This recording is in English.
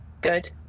good